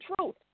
truth